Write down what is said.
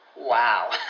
Wow